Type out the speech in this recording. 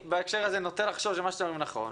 ובהקשר הזה אני נוטה לחשוב שמה שאתם אומרים נכון,